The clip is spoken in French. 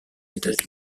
états